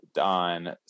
on